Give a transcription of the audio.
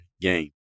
game